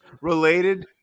related